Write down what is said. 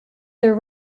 their